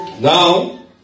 Now